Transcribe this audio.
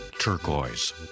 turquoise